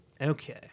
Okay